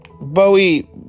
Bowie